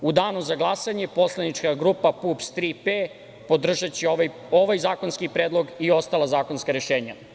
U danu za glasanje Poslanička grupa PUPS „Tri P“ podržaće ovaj zakonski predlog i ostala zakonska rešenja.